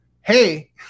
hey